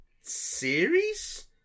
series